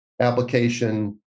application